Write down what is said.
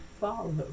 follow